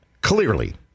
clearly